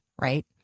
Right